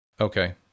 Okay